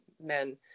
men